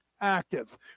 active